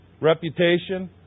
reputation